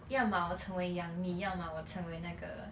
原貌我成为杨幂样貌我成为那个